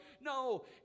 No